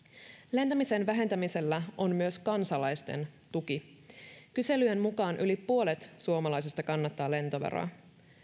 lentämisen vähentämisellä on myös kansalaisten tuki kyselyjen mukaan yli puolet suomalaisista kannattaa lentoveroa